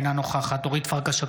אינה נוכחת אורית פרקש הכהן,